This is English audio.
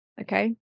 okay